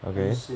okay